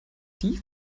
die